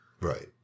Right